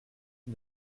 qui